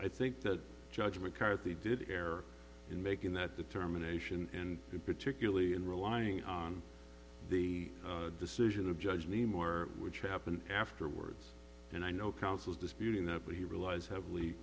i think that judge mccarthy did err in making that determination and particularly in relying on the decision of judge me more which happened afterwards and i know counsel is disputing that but he relies heavily